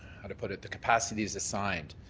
how to put it, the capacities assigned?